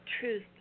truth